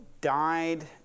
died